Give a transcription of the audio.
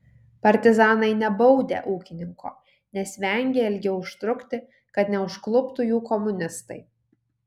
partizanai nebaudę ūkininko nes vengę ilgiau užtrukti kad neužkluptų jų komunistai